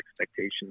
expectations